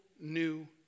new